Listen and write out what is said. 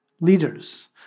leaders